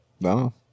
no